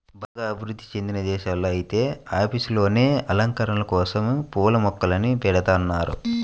బాగా అభివృధ్ధి చెందిన దేశాల్లో ఐతే ఆఫీసుల్లోనే అలంకరణల కోసరం పూల మొక్కల్ని బెడతన్నారు